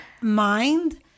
mind